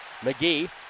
McGee